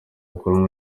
bakora